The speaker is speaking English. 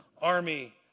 army